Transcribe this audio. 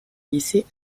lycée